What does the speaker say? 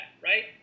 right